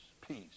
peace